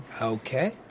okay